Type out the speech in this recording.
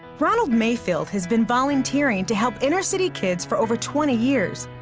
ronald mayfield has been volunteering to help inner city kids for over twenty years.